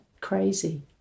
crazy